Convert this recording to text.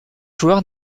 joueur